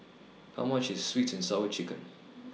How much IS Sweet and Sour Chicken